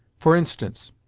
for instance,